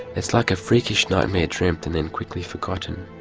it's like a freakish nightmare dreamed and then quickly forgotten.